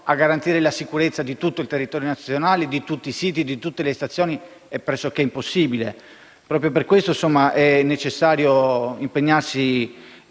a garantire la sicurezza di tutto il territorio nazionale, di tutti i siti e di tutte le stazioni: è pressoché impossibile. Proprio per questo è necessario impegnarsi